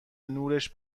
نورش